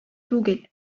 түгел